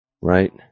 Right